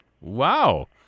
Wow